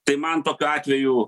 tai man tokiu atveju